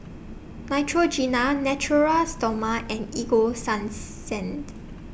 Neutrogena Natura Stoma and Ego Sunsense